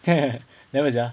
never sia